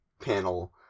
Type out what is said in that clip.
panel